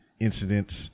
incidents